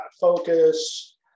focus